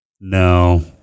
No